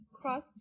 Cross